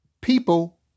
people